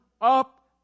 up